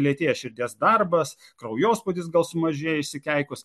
lėtėja širdies darbas kraujospūdis gal sumažėja išsikeikus